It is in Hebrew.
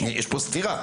יש פה סתירה.